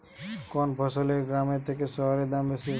কোন ফসলের গ্রামের থেকে শহরে দাম বেশি?